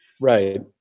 Right